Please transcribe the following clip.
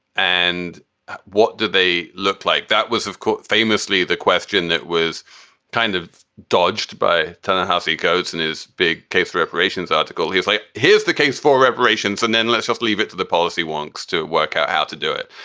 and what do they look like? that was, of course, famously the question that was kind of dodged by tallahasse goats in his big case reparations article. here's like here's the case for reparations and then let's just leave it to the policy wonks to work out how to do it,